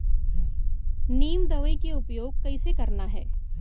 नीम दवई के उपयोग कइसे करना है?